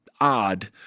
odd